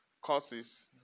courses